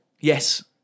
Yes